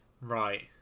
Right